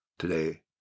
today